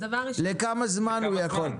לכמה זמן הוא יכול?